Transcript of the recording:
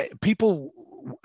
people